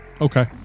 okay